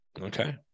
Okay